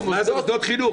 רק מוסדות חינוך.